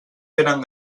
tenen